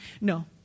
No